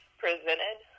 presented